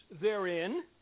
therein